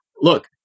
Look